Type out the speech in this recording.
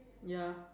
ya